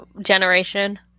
generation